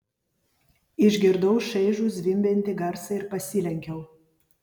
išgirdau šaižų zvimbiantį garsą ir pasilenkiau